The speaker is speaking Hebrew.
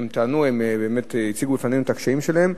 הן טענו, הן באמת הציגו בפנינו את הקשיים שלהן.